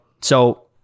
So-